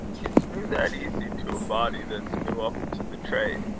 it's no that easy to a body that's no up to the trade.